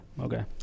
okay